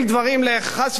חס וחלילה,